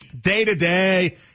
day-to-day